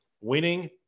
Winning